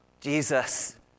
Jesus